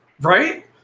Right